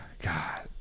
god